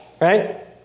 right